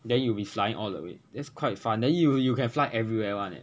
then you will be flying all the way that's quite fun then you you can fly everywhere one leh